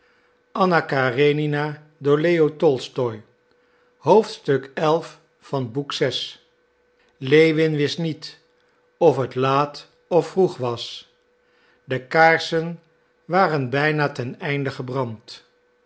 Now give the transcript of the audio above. lewin wist niet of het laat of vroeg was de kaarsen waren bijna ten einde gebrand